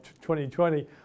2020